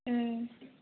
ꯎꯝ